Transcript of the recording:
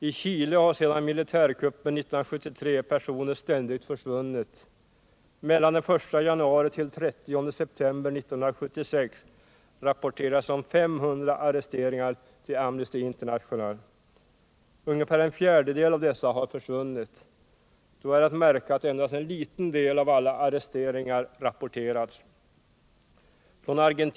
I Chile har personer ständigt försvunnit sedan militärkuppen 1973. Mellan den 1 januari och den 30 september 1976 rapporterades om 500 arresteringar till Amensty International. Ungefär en fjärdedel av dessa har försvunnit. Då är att märka att endast en liten del av alla arresteringar rapporterats.